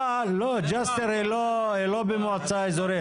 לא, ג'סר לא במועצה אזורית.